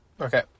Okay